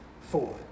four